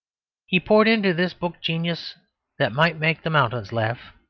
he poured into this book genius that might make the mountains laugh,